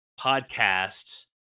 podcasts